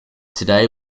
today